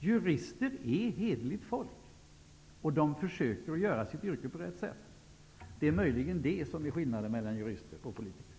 Jurister är hederligt folk, och de försöker sköta sitt yrke på rätt sätt. Det är möjligen det som är skillnaden mellan jurister och politiker.